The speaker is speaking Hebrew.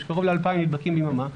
יש קרוב ל-2,000 נדבקים ביממה.